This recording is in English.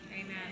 Amen